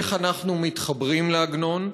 איך אנחנו מתחברים לעגנון.